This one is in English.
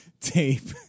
tape